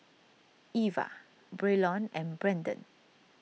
Eva Braylon and Branden